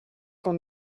quand